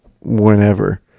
whenever